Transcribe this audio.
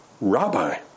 Rabbi